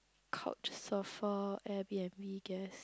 coach surfer air-b_n_b guest